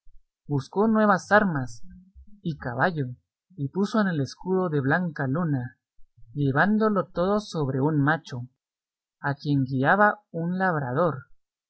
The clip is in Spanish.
buscó nuevas armas y caballo y puso en el escudo la blanca luna llevándolo todo sobre un macho a quien guiaba un labrador